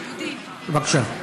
בבקשה.